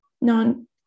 non